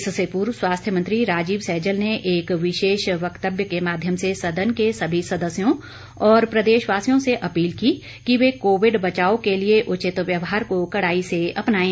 इससे पूर्व स्वास्थ्य मंत्री राजीव सैजल ने एक विशेष वक्तव्य के माध्यम से सदन के सभी सदस्यों और प्रदेशवासियों से अपील की कि वे कोविड बचाव के लिए उचित व्यवहार को कड़ाई से अपनाएं